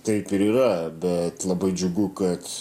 taip ir yra bet labai džiugu kad